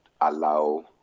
allow